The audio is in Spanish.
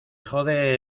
jode